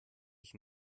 ich